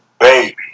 Baby